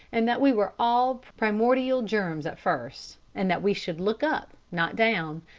and that we were all primordial germs at first, and that we should look up, not down,